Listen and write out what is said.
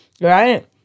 Right